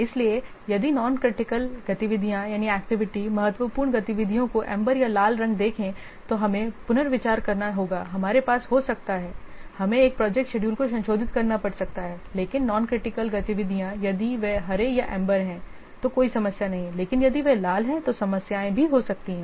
इसलिए यदि non critical गतिविधियां महत्वपूर्ण गतिविधियों को एम्बर या लाल देखें तो हमें पुनर्विचार करना होगा हमारे पास हो सकता है हमें एक प्रोजेक्ट शेडूल को संशोधित करना पड़ सकता है लेकिन non critical गतिविधियां यदि वे हरे या एम्बर हैं तो कोई समस्या नहीं है लेकिन यदि वे लाल हैं तो समस्याएं भी हो सकती हैं